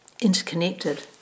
interconnected